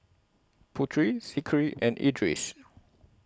Putri Zikri and Idris